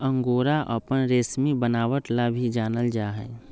angora अपन रेशमी बनावट ला भी जानल जा हई